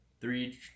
three